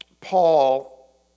Paul